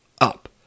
up